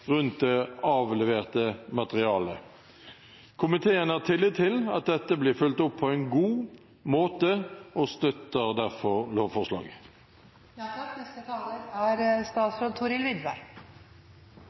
rundt det avleverte materialet. Komiteen har tillit til at dette blir fulgt opp på en god måte og støtter derfor lovforslaget. Det er